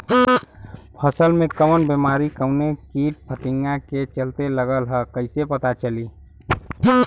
फसल में कवन बेमारी कवने कीट फतिंगा के चलते लगल ह कइसे पता चली?